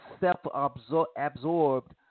self-absorbed